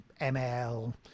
ML